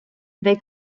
they